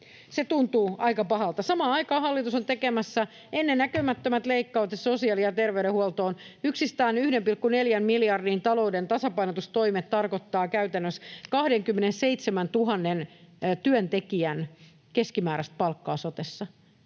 Se tuntuu aika pahalta. Samaan aikaan hallitus on tekemässä ennennäkemättömät leikkaukset sosiaali‑ ja terveydenhuoltoon. Yksistään 1,4 miljardin talouden tasapainotustoimet tarkoittavat käytännössä 27 000 työntekijän keskimääräistä palkkaa sotessa.